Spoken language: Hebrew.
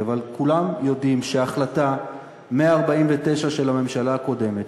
אבל כולם יודעים שההחלטה 149 של הממשלה הקודמת,